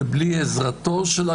ובלי עזרתו של היושב-ראש,